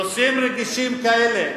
נושאים רגישים כאלה,